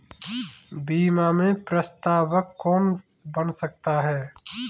बीमा में प्रस्तावक कौन बन सकता है?